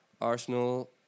Arsenal